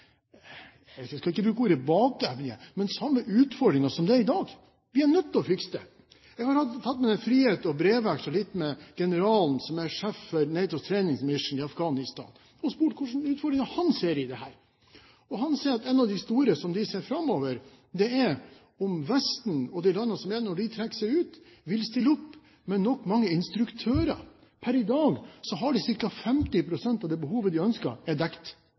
jeg skal ikke bruke ordet «bakevje» – utfordringen som det er i dag. Vi er nødt til å fikse det. Jeg har tatt meg den frihet å brevveksle litt med generalen som er sjef for NATO Training Mission i Afghanistan, og spurt hvilke utfordringer han ser i dette. Han sier at en av de store utfordringene som de ser framover, kommer når Vesten og de landene som er der, trekker seg ut, om de vil stille opp med mange nok instruktører. Per i dag er ca. 50 pst. av det behovet de